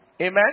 Amen